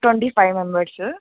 twenty five members